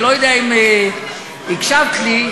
אני לא יודע אם הקשבת לי,